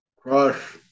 Crush